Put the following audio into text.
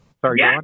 Sorry